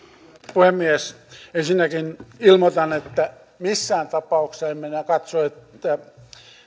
puhemies ensinnäkin ilmoitan että missään tapauksessa minä en katso että